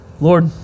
Lord